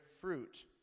fruit